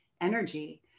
energy